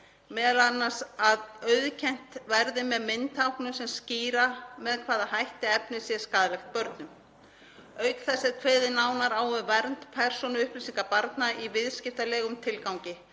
m.a. að auðkennt verði með myndtáknum sem skýra með hvaða hætti efnið sé skaðlegt börnum. Auk þess er kveðið nánar á um vernd persónuupplýsinga barna í viðskiptalegum tilgangi,